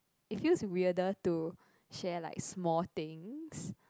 it feels weirder to share like small things